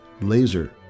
laser